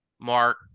Mark